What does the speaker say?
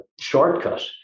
shortcut